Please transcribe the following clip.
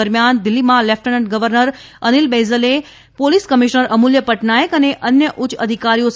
દરમિયાન દિલ્ફીમાં lieutenant governor Anil બૈજલે પોલીસ કમિશ્નર અમૂલ્ય પટનાયક અને અન્ય ઉચ્ચ અધિકારીઓ સાથે બેઠક કરી હતી